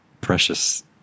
precious